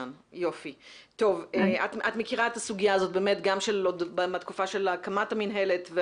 את מכירה את הסוגיה הזאת גם מהתקופה של הקמת המינהלת.